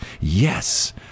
Yes